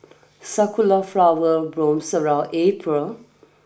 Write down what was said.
sakura flower blooms around April